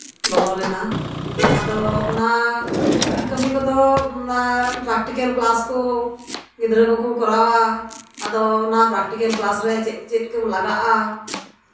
ᱵᱚᱞᱚ ᱞᱮᱱᱟ ᱟᱫᱚ ᱚᱱᱟ ᱠᱟᱹᱢᱤ ᱠᱚᱫᱚ ᱯᱨᱮᱠᱴᱤᱠᱮᱞ ᱠᱞᱟᱥ ᱠᱚ ᱜᱤᱫᱽᱨᱟᱹ ᱠᱚᱠᱚ ᱠᱚᱨᱟᱣᱟ ᱟᱫᱚ ᱯᱨᱮᱠᱴᱤᱠᱮᱞ ᱠᱮᱞᱟᱥᱨᱮ ᱪᱮᱫ ᱪᱮᱫ ᱠᱚ ᱞᱟᱜᱟᱜᱼᱟ